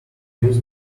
use